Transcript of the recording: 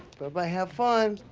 but bye, have fun!